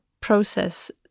process